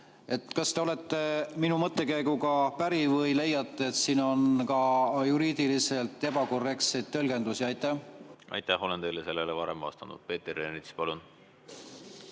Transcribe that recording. Kas te olete minu mõttekäiguga päri või leiate, et siin on ka juriidiliselt ebakorrektseid tõlgendusi? Aitäh! Ma olen teile sellele varem vastanud. Peeter Ernits, palun!